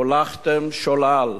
הוּלכתם שולל.